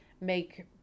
make